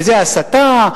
וזו הסתה,